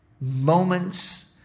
moments